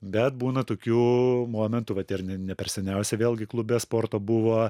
bet būna tokių momentų vat ir ne ne per seniausiai vėlgi klube sporto buvo